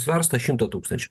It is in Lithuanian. svarsto šimto tūkstančių